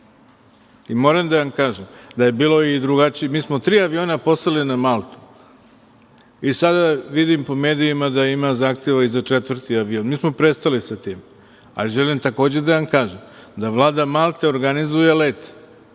Moram da vam kažem da je bilo i drugačije. Mi smo tri aviona poslali na Maltu. Sada vidim po medijima da ima zahteva i za četvrti avion. Mi smo prestali sa time, ali želim takođe da vam kažem da Vlada Malte organizuje let